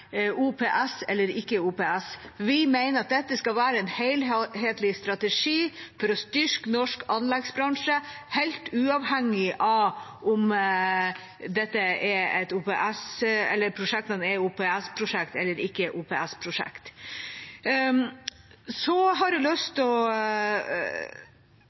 OPS eller ikke OPS. Vi mener at dette skal være en helhetlig strategi for å styrke norsk anleggsbransje, helt uavhengig av om prosjektene er OPS-prosjekt eller ikke OPS-prosjekt. Så har jeg lyst